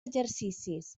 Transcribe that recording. exercicis